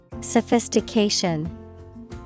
Sophistication